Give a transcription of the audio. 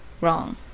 wrong